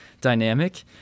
dynamic